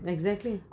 exactly